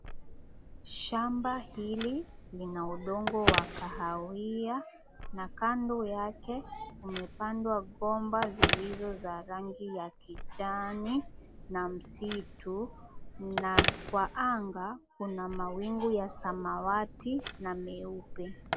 Shamba hili lina udongo wa kahawia na kando yake mmepandwa gomba zilizo za rangi ya kijani na msitu na kwa anga kuna mawingu ya samawati na meupe.